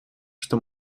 что